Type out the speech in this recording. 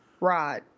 Right